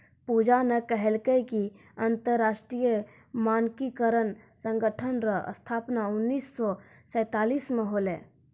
पूजा न कहलकै कि अन्तर्राष्ट्रीय मानकीकरण संगठन रो स्थापना उन्नीस सौ सैंतालीस म होलै